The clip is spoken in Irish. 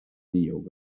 fhuinneog